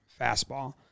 fastball